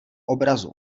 obrazu